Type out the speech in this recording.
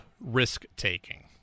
risk-taking